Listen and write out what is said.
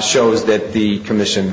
shows that the commission